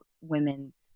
women's